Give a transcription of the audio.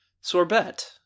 Sorbet